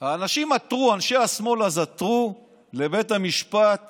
אנשי השמאל אז עתרו לבית המשפט